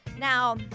Now